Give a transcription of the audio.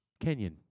Kenyan